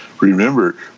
Remember